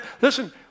Listen